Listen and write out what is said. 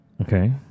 Okay